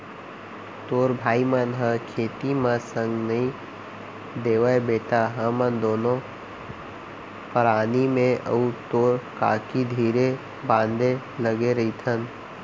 तोर भाई मन ह खेती म संग नइ देवयँ बेटा हमन दुनों परानी मैं अउ तोर काकी धीरे बांधे लगे रइथन